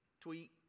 tweet